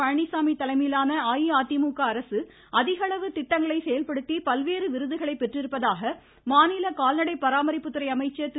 பழனிச்சாமி தலைமையிலான அஇஅதிமுக அரசு அதிகளவு திட்டங்களை செயல்படுத்தி பல்வேறு விருதுகளை பெற்றிருப்பதாக மாநில கால்நடை பராமரிப்பத்துறை அமைச்சர் திரு